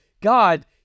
god